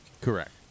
correct